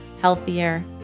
healthier